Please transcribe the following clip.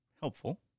helpful